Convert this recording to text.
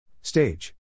Stage